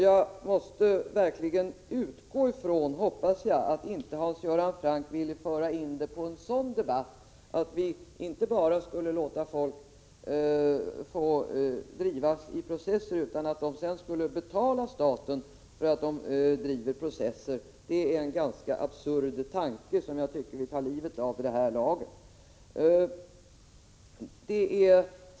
Jag måste verkligen utgå ifrån att Hans Göran Franck inte vill föra debatten i den riktningen att vi inte bara skall låta folk få föra processer, utan att de sedan skulle betala staten för att de driver processer. Det är en ganska absurd tanke som jag tycker att vi borde ha tagit livet av vid det här laget.